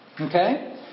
Okay